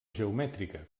geomètrica